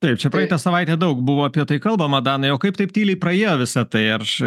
taip čia praeitą savaitę daug buvo apie tai kalbama danai o kaip taip tyliai praėjo visa tai aš